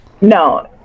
No